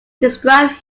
described